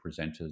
presenters